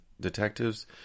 detectives